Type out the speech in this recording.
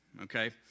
Okay